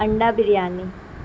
انڈا بریانی